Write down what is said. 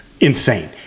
Insane